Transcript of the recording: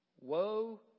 Woe